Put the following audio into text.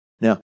Now